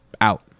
out